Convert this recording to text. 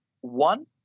one